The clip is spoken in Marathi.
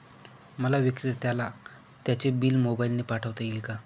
मला विक्रेत्याला त्याचे बिल मोबाईलने पाठवता येईल का?